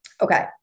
Okay